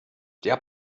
der